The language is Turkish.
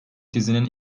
dizinin